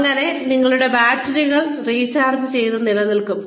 അങ്ങനെ നിങ്ങളുടെ ബാറ്ററികൾ റീചാർജ് ചെയ്തു നിലനിൽക്കും